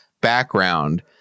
background